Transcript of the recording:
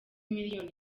miliyoni